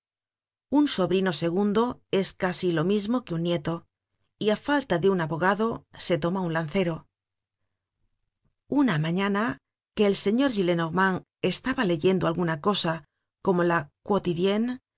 un sobrino segundo es casi lo mismo que un nieto y á falta de un abogado se toma un lancero una mañana que el señor gillenormand estaba leyendo alguna cosa como la